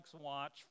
watch